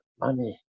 money